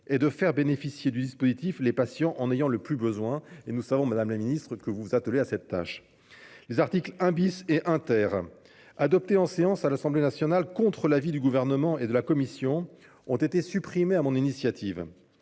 et de faire bénéficier du dispositif les patients en ayant le plus besoin. Nous savons que vous vous attelez à cette tâche, madame la ministre. Les articles 1 et 1 , adoptés en séance à l'Assemblée nationale, contre l'avis du Gouvernement et de la commission, ont été supprimés sur mon initiative.